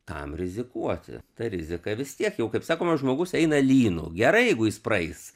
kam rizikuoti ta rizika vis tiek jau kaip sakoma žmogus eina lynu gerai jeigu jis praeis